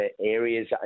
areas